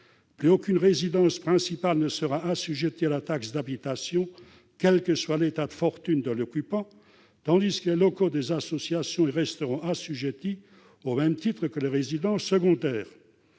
plus aucune résidence principale ne sera assujettie à la taxe d'habitation, quel que soit l'état de fortune de l'occupant, tandis que les locaux des associations y resteront assujettis, au même titre que les résidences secondaires.